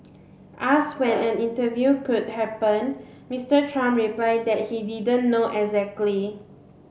ask when an interview could happen Mister Trump replied that he didn't know exactly